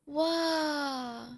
!wah!